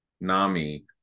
NAMI